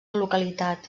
localitat